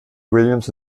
williams